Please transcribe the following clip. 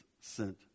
sent